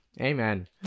Amen